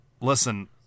Listen